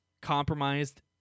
compromised